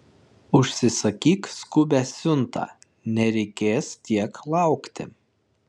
užsisakyk skubią siuntą nereikės tiek laukti